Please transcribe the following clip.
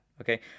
Okay